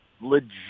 legit